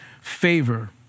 favor